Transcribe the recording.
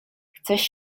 chcesz